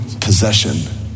possession